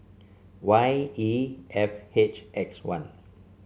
Y E F H X one